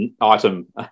item